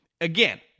Again